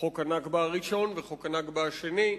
חוק ה"נכבה" הראשון וחוק ה"נכבה" השני,